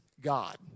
God